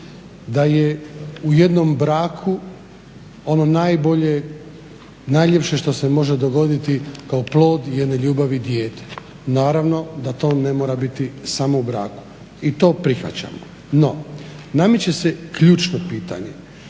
da je u jednom braku ono najbolje, najljepše što se može dogoditi kao plod jedne ljubavi dijete. Naravno da to ne mora biti samo u braku. I to prihvaćamo. No, nameće se ključno pitanje,